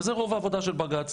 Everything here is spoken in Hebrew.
וזה רוב העבודה של בג"צ,